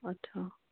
अच्छा